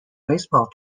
baseball